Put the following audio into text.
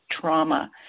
trauma